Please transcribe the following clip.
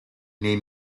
nei